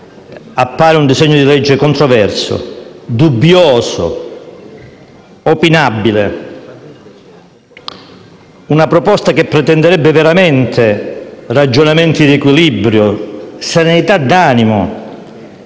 viene proposto, appare controverso, dubbioso, opinabile: una proposta che pretenderebbe veramente ragionamenti di equilibrio, serenità d'animo